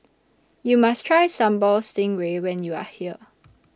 YOU must Try Sambal Stingray when YOU Are here